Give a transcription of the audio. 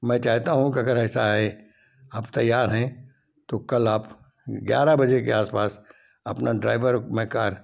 मैं चाहता हूँ कि अगर ऐसा है आप तैयार हैं तो कल आप ग्यारह बजे के आस पास अपना ड्राइवर मय कार